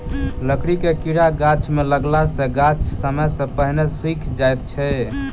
लकड़ीक कीड़ा गाछ मे लगला सॅ गाछ समय सॅ पहिने सुइख जाइत छै